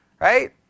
Right